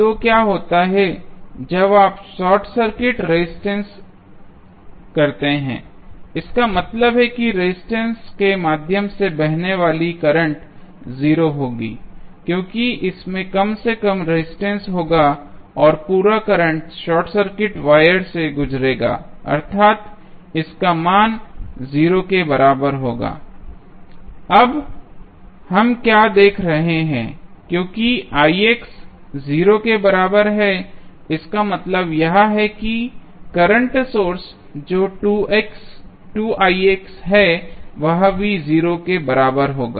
तो क्या होता है जब आप शॉर्ट सर्किट रेजिस्टेंस करते हैं इसका मतलब है कि रेजिस्टेंस के माध्यम से बहने वाली करंट 0 होगी क्योंकि इसमें कम से कम रेजिस्टेंस होगा और पूरा करंट शॉर्ट सर्किट वायर से गुजरेगा अर्थात इसका मान 0 के बराबर होगा अब हम यहाँ क्या देख रहे हैं क्योंकि0 के बराबर है इसका मतलब यह है की करंट सोर्स जो है वह भी 0 के बराबर होगा